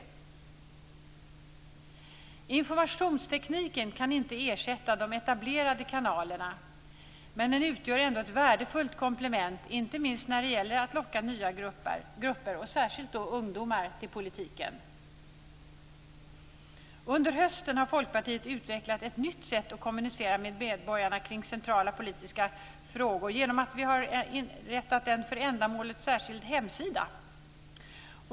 Informationstekniken kan inte ersätta de etablerade kanalerna, men den utgör ändå ett värdefullt komplement, inte minst när det gäller att locka nya grupper, särskilt ungdomar, till politiken. Under hösten har Folkpartiet utvecklat ett nytt sätt att kommunicera med medborgarna kring centrala frågor genom att vi har inrättat en för ändamålet särskild hemsida.